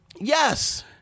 Yes